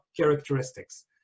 characteristics